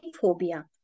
phobia